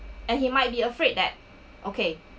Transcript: and he might be afraid that okay